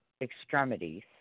extremities